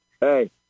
Hey